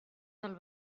del